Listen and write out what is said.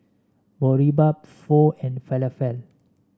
Boribap Pho and Falafel